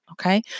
okay